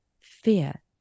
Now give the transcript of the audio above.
fear